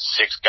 six